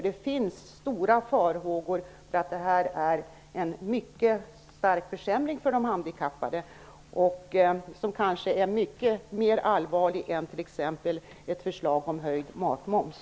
Det finns stora farhågor för att den innebär en mycket stark försämring för de handikappade, som kanske är mycket mer allvarlig än t.ex. ett förslag om höjd matmoms.